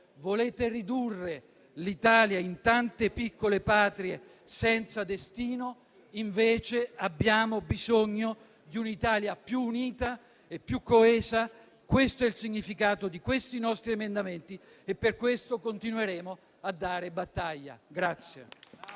Volete ridurre l'Italia a tante piccole patrie senza destino. Invece, abbiamo bisogno di un'Italia più unita e più coesa. Questo è il significato dei nostri emendamenti e per tutto questo continueremo a dare battaglia.